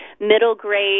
middle-grade